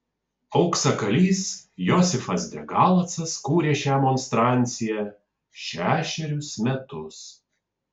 auksakalys josifas de galacas kūrė šią monstranciją šešerius metus